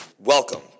Welcome